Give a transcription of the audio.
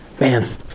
Man